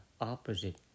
opposite